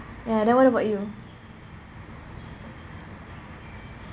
ya then what about you